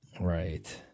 Right